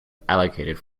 allocated